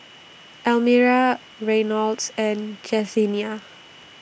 Almira Reynolds and Jesenia